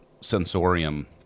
sensorium